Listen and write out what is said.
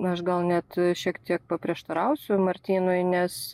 aš gal net šiek tiek paprieštarausiu martynui nes